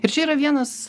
ir čia yra vienas